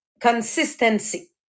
consistency